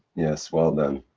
yes, well done.